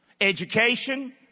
education